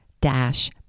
dash